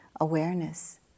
awareness